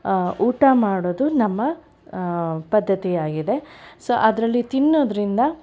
ಊಟ ಮಾಡೋದು ನಮ್ಮ ಪದ್ದತಿಯಾಗಿದೆ ಸೊ ಅದರಲ್ಲಿ ತಿನ್ನೋದರಿಂದ